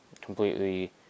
completely